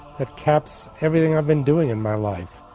that caps everything i've been doing in my life,